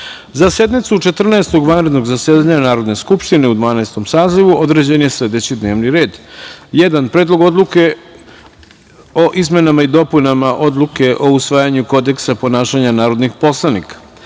Četrnaestog vanrednog zasedanja Narodne skupštine u Dvanaestom sazivu, određen je sledećiD n e v n i r e d:1. Predlog odluke o izmenama i dopunama Odluke o usvajanju Kodeksa ponašanja narodnih poslanika,